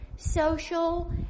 social